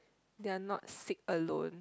they're not sick alone